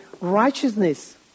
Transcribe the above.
righteousness